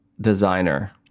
designer